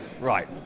Right